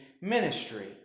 ministry